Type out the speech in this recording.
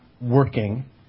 working